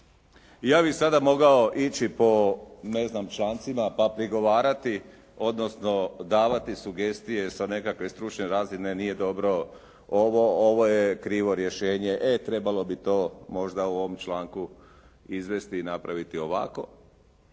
ja bih sada mogao ići po, ne znam, člancima pa prigovarati odnosno davati sugestije sa nekakve stručne razine nije dobro ovo, ovo je krivo rješenje. E trebalo bi to možda u ovom članku izvesti i napraviti ovako,